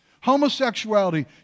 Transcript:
Homosexuality